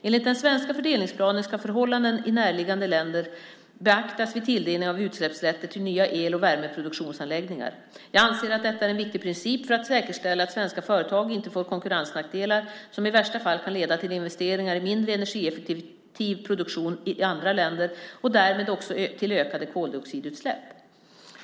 Enligt den svenska fördelningsplanen ska förhållanden i närliggande länder beaktas vid tilldelningen av utsläppsrätter till nya el och värmeproduktionsanläggningar. Jag anser att detta är en viktig princip för att säkerställa att svenska företag inte får konkurrensnackdelar som i värsta fall kan leda till investeringar i mindre energieffektiv produktion i andra länder och därmed också till ökade koldioxidutsläpp.